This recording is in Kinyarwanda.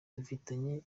dufitanye